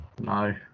No